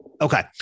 Okay